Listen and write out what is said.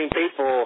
people